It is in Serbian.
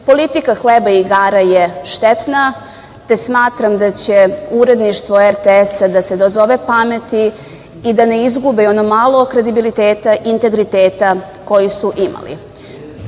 Politika hleba i igara je štetna, te smatram da će uredništvo RTS-a da se dozove pameti i da ne izgubi i ono malo kredibiliteta i integriteta koji su imali. Sporno